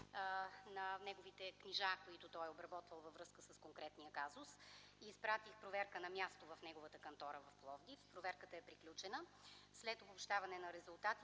на неговите книжа, които той е обработвал във връзка с конкретния казус и изпратих проверка на място в неговата кантора в Пловдив. Проверката е приключена. След обобщаване на резултатите